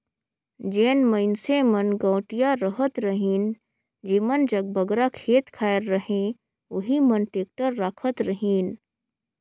जेन मइनसे मन गवटिया रहत रहिन जेमन जग बगरा खेत खाएर रहें ओही मन टेक्टर राखत रहिन